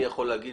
אני יכול להגיד